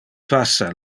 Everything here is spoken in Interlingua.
passa